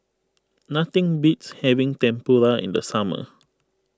nothing beats having Tempura in the summer